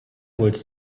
woods